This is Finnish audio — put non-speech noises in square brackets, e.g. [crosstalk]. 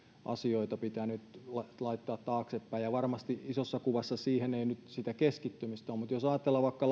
asioita pitää laittaa taaksepäin varmasti isossa kuvassa ei nyt sitä keskittymistä siihen ole mutta jos ajatellaan vaikka [unintelligible]